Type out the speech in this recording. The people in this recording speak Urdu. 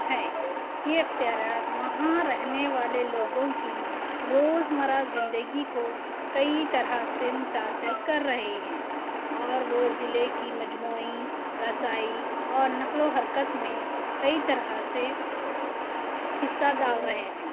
ہیں یہ اختیارات وہاں رہنے والے لوگوں کی روزمرہ زندگی کو کئی طرح سے متاثر کر رہے ہیں اور وہ ضلعے کی مجموعی رسائی اور نقل و حرکت میں کئی طرح سے حصہ ڈال رہے ہیں